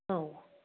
औ